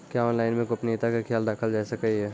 क्या ऑनलाइन मे गोपनियता के खयाल राखल जाय सकै ये?